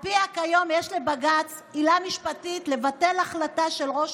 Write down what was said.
שעל פיה כיום יש לבג"ץ עילה משפטית לבטל החלטה של ראש